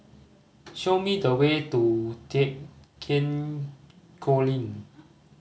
show me the way to Thekchen Choling